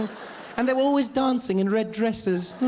and they were always dancing in red dresses,